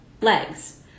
legs